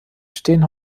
stehen